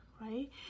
right